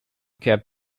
cab